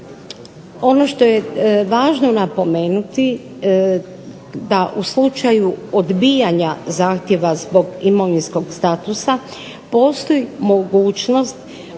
Ono što je važno napomenuti da u slučaju odbijanja zahtjeva zbog imovinskog statusa, postoji mogućnost